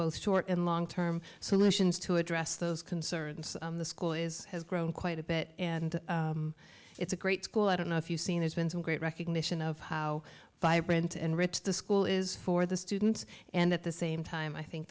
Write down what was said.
both short and long term solutions to address those concerns the school is has grown quite a bit and it's a great school i don't know if you've seen there's been some it recognition of how vibrant and rich the school is for the students and at the same time i think